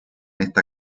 esta